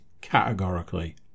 categorically